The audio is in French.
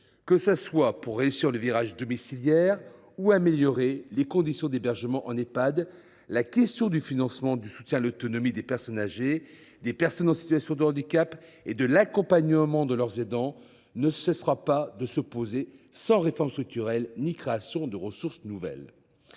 Que ce soit pour réussir le virage domiciliaire ou améliorer les conditions d’hébergement en Ehpad, la question du financement du soutien à l’autonomie des personnes âgées, des personnes en situation de handicap et de l’accompagnement de leurs aidants ne cessera pas de se poser sans réformes structurelles ni création de ressources nouvelles.